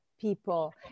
people